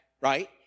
right